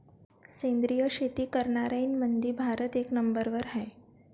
सेंद्रिय शेती करनाऱ्याईमंधी भारत एक नंबरवर हाय